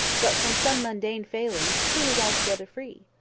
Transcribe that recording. but from some mundane failings who is altogether free?